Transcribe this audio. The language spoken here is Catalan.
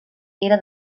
era